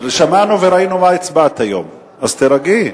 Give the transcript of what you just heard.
שמענו וראינו מה הצבעת היום, אז תירגעי.